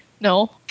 No